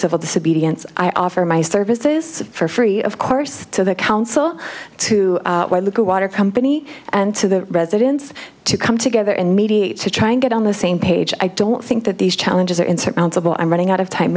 civil disobedience i offer my services for free of course to the council to where the water company and to the residents to come together and mediate to try and get on the same page i don't think that these challenges are insurmountable i'm running out of time